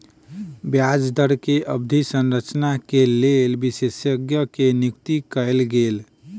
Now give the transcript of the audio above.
ब्याज दर के अवधि संरचना के लेल विशेषज्ञ के नियुक्ति कयल गेल